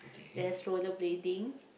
there's rollerblading